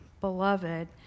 beloved